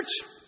church